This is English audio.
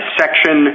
section